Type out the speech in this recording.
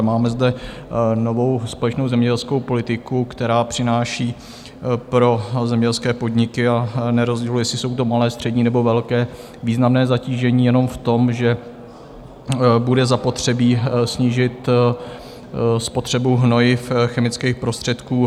Máme zde novou společnou zemědělskou politiku, která přináší pro zemědělské podniky a nerozděluje, jestli jsou to malé, střední nebo velké významné zatížení jenom v tom, že bude zapotřebí snížit spotřebu hnojiv, chemických prostředků.